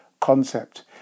concept